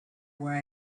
where